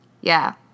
Yeah